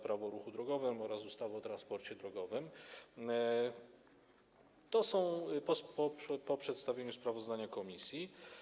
Prawo o ruchu drogowym oraz ustawy o transporcie drogowym po przedstawieniu sprawozdania komisji.